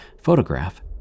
photograph